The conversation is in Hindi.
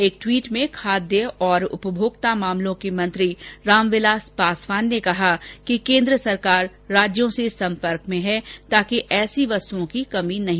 एक ट्वीट में खाद्य और उपभोक्ता मामलों के मंत्री रामविलास पासवान ने कहा कि केन्द्र सरकार राज्यों से सम्पर्क में है ताकि ऐसी वस्तुओं की कमी न होने पाए